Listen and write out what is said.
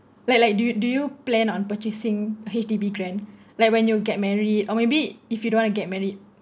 like like do you do you plan on purchasing H_D_B grant like when you get married or maybe if you don't want to get married